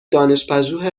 دانشپژوه